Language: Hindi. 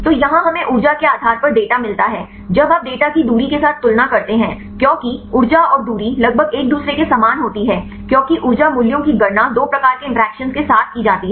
तो यहां हमें ऊर्जा के आधार पर डेटा मिलता है जब आप डेटा की दूरी के साथ तुलना करते हैं क्योंकि ऊर्जा और दूरी लगभग एक दूसरे के समान होती है क्योंकि ऊर्जा मूल्यों की गणना दो प्रकार के इंटरैक्शन के साथ की जाती है